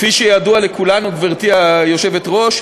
כפי שידוע לכולנו, גברתי היושבת-ראש,